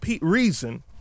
reason